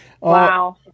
Wow